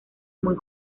muy